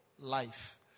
life